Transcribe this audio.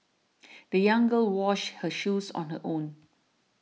the young girl washed her shoes on her own